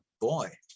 boy